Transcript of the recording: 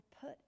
put